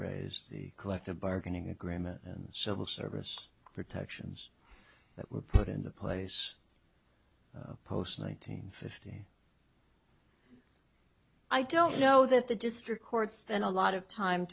raised the collective bargaining agreement civil service protections that were put into place post nineteen fifty i don't know that the district courts and a lot of time